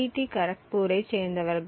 D கரக்பூரைச் சேர்ந்தவர்கள்